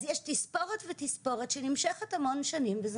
אז יש תספורת ותספורת שנמשכת המון שנים וזה